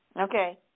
Okay